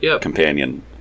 companion